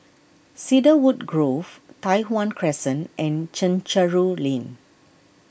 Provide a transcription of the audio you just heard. Cedarwood Grove Tai Hwan Crescent and Chencharu Lane